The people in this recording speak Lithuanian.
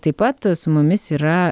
taip pat su mumis yra